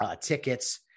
tickets